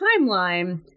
timeline